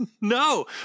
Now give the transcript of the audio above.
No